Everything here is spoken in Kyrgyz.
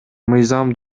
мыйзам